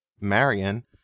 Marion